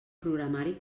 programari